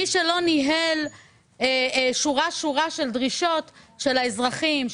מי שלא ניהל שורה-שורה של דרישות של האזרחים,